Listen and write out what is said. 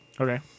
Okay